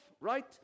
Right